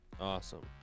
Awesome